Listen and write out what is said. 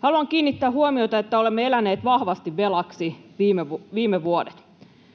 Haluan kiinnittää huomiota siihen, että olemme eläneet vahvasti velaksi viime vuodet.